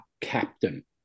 captain